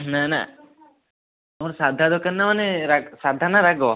ନା ନା ତମର ସାଧା ଦରକାର ନା ମାନେ ସାଧା ନା ରାଗ